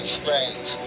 strange